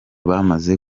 bamaze